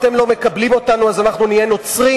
אתם לא מקבלים אותנו אז אנחנו נהיה נוצרים?